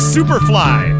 Superfly